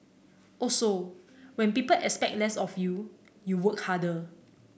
also when people expect less of you you work harder